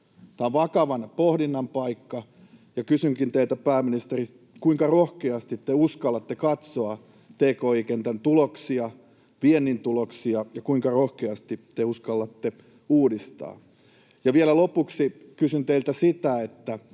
Tämä on vakavan pohdinnan paikka, ja kysynkin teiltä, pääministeri, kuinka rohkeasti te uskallatte katsoa tki-kentän tuloksia, viennin tuloksia, ja kuinka rohkeasti te uskallatte uudistaa. Ja vielä lopuksi kysyn teiltä sitä,